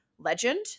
legend